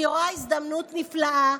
אני רואה הזדמנות נפלאה,